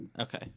Okay